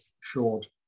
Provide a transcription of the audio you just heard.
short